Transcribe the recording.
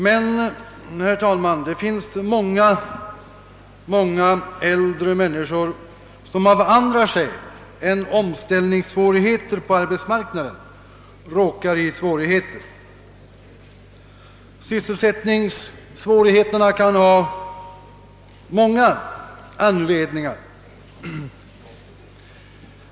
Men det finns många äldre människor som av andra skäl än omställningssvårigheter på arbetsmarknaden råkar ut för problem. Sysselsättningssvårigheterna kan ha många orsaker.